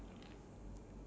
ya